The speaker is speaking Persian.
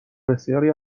بسیاری